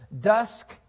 dusk